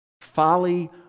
folly